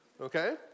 Okay